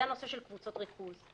זה הנושא של קבוצות ריכוז.